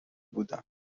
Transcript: بودم